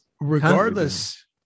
regardless